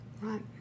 Right